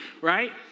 right